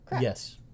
Yes